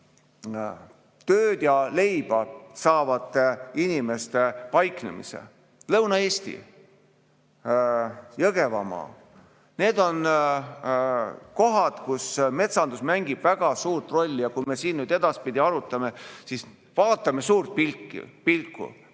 ja leiba saavate inimeste paiknemise kohta. Lõuna-Eesti, Jõgevamaa – need on kohad, kus metsandus mängib väga suurt rolli. Ja kui me siin nüüd edaspidi arutame, siis vaatame suurt pilti.